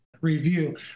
review